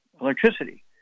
electricity